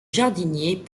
jardiniers